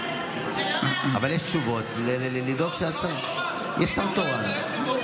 אבל יש תשובות, לדאוג שהשר, לא, יש שר תורן.